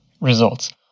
results